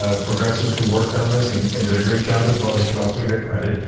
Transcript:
ah progressives who worked down this and did a great job as well, they should also get credit,